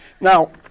Now